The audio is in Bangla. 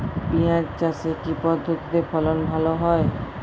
পিঁয়াজ চাষে কি পদ্ধতিতে ফলন ভালো হয়?